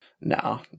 No